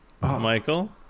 Michael